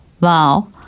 Wow